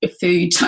food